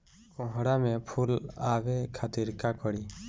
कोहड़ा में फुल आवे खातिर का करी?